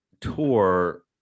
tour